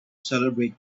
celebrate